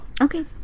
okay